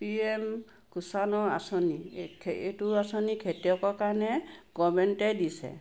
P M কিছানৰ আঁচনি এক এইটো আঁচনি খেতিয়কৰ কাৰণে গভৰ্ণমেণ্টে দিছে